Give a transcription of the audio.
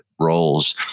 roles